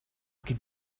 could